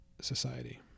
society